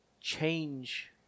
change